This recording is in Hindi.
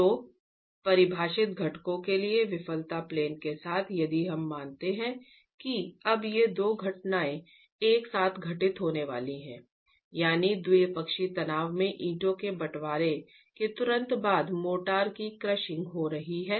तो परिभाषित घटकों के लिए विफलता प्लेन के साथ यदि हम मानते हैं कि अब ये दो घटनाएं एक साथ घटित होने वाली है यानी द्विपक्षीय तनाव में ईंटों के बंटवारे के तुरंत बाद मोर्टार की क्रशिंग हो रही है